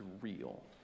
real